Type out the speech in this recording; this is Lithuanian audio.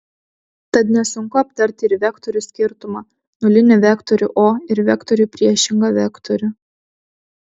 tad nesunku aptarti ir vektorių skirtumą nulinį vektorių o ir vektoriui priešingą vektorių